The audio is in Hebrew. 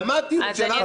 אבל מה הטיעון שלך?